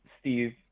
Steve